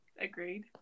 agreed